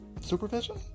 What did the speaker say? supervision